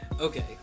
Okay